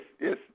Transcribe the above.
yes